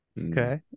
okay